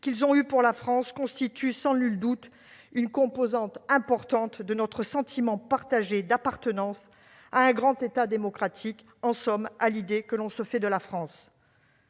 péril de leur vie, constituent sans nul doute une composante importante de notre sentiment partagé d'appartenance à un grand État démocratique, en somme à l'idée que l'on se fait de la France.